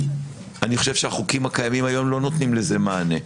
אני חושב שהחוקים הקיימים היום לא נותנים לזה מענה,